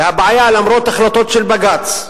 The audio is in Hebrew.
והבעיה, למרות החלטות של בג"ץ,